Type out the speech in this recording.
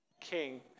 king